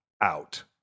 out